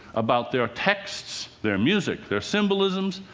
about their texts, their music, their symbolisms,